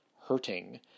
hurting